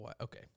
Okay